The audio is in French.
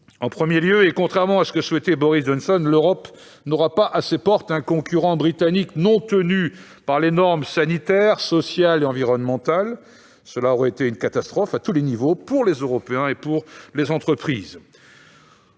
En premier lieu, contrairement à ce que souhaitait Boris Johnson, l'Europe n'aura pas, à ses portes, un concurrent britannique non tenu par les normes sanitaires, sociales et environnementales. Cela aurait été une catastrophe à tous les niveaux pour les Européens et leurs entreprises.